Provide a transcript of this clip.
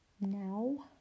Now